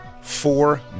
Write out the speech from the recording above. four